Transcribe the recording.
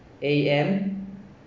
A M